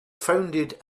founded